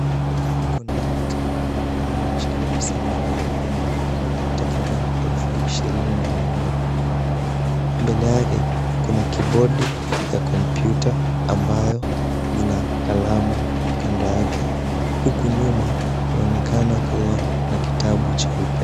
Mikono ya mtu inaonekana imeshikilia pesa mingi ya Kenya takriban elfu ishirini na minne. Mbele yake kuna kibodi ya kompyuta ambayo ina kalamu kando yake, huku nyuma kunaonekana kuwa na kitabu cheupe.